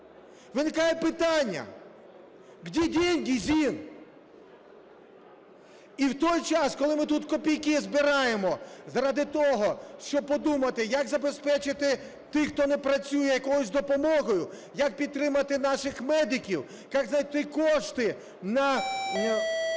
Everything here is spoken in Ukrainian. Виникає питання: где деньги, Зин? І в той час, коли ми тут копійки збираємо заради того, щоб подумати, як забезпечити тих, хто не працює якоюсь допомогою, як підтримати наших медиків, як знайти кошти на